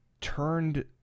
turned